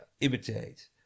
imitate